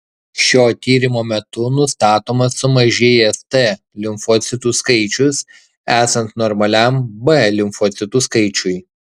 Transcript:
šio tyrimo metu nustatomas sumažėjęs t limfocitų skaičius esant normaliam b limfocitų skaičiui